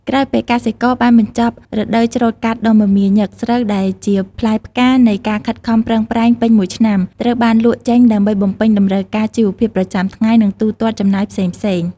ក្រោយពេលកសិករបានបញ្ចប់រដូវច្រូតកាត់ដ៏មមាញឹក ស្រូវដែលជាផ្លែផ្កានៃការខិតខំប្រឹងប្រែងពេញមួយឆ្នាំ ត្រូវបានលក់ចេញដើម្បីបំពេញតម្រូវការជីវភាពប្រចាំថ្ងៃ និងទូទាត់ចំណាយផ្សេងៗ។